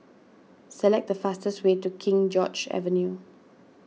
select the fastest way to King George's Avenue